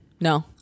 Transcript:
No